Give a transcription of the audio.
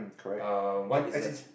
uh what is t~